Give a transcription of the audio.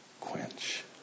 quench